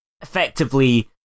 effectively